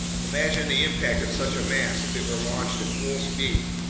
imagine the impact of such a mass if it were launched at full speed!